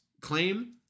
claim